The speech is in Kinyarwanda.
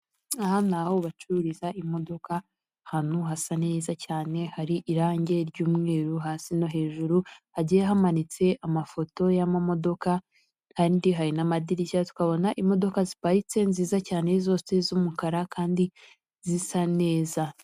Aha ni aho bacururiza imodoka, ahantu hasa neza cyane hari irangi ry'umweru hasi no hejuru, hagiye hamanitse amafoto y'amamodoka hari n'amadirishya, tukahabona imodoka ziparitse nziza cyane zose z'umukara kandi zisa neza.